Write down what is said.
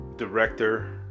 director